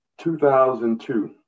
2002